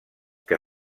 que